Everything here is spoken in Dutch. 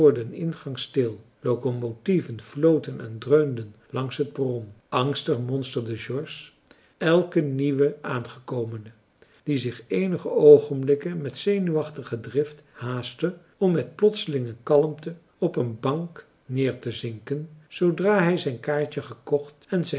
den ingang stil locomotieven floten en dreunden langs het perron angstig monsterde george elken nieuw aangekomene die zich eenige oogenblikken met zenuwachtige drift haastte om met plotselinge kalmte op een bank neertezinken zoodra hij zijn kaartje gekocht en zijn